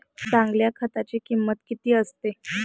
चांगल्या खताची किंमत किती असते?